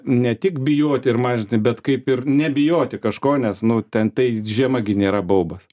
ne tik bijoti ir mažinti bet kaip ir nebijoti kažko nes nu ten tai žiema gi nėra baubas